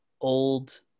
old